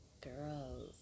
girls